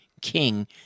King